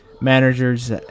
managers